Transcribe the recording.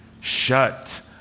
shut